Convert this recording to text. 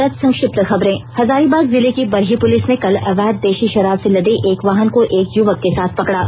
और अब संक्षिप्त खबरें हजारीबाग जिले की बरही पुलिस ने कल अवैघ देशी शराब से लदे एक वाहन को एक युवक के साथ पकड़ा